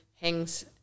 hangs